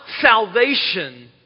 salvation